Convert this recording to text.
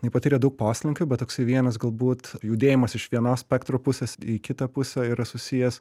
jinai patyrė daug poslinkių bet toksai vienas galbūt judėjimas iš vienos spektro pusės į kitą pusę yra susijęs